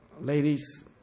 Ladies